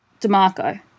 DeMarco